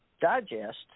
Digest